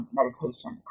meditation